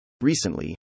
Recently